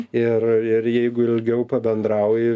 ir ir jeigu ilgiau pabendrauji